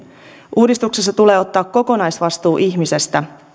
uudistuksessa tulee ottaa kokonaisvastuu ihmisestä